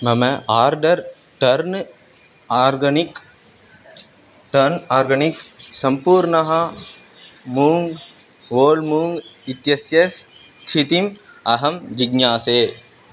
मम order turn organic turn organic सम्पूर्णः moong whole moong इत्यस्य स्थितिम् अहं जिज्ञासे